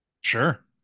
Sure